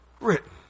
written